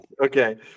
Okay